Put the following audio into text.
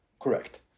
Correct